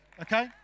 okay